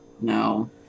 No